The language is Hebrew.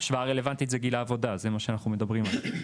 ההשוואה הרלוונטית זה גיל העבודה זה מה שאנחנו מדברים היום.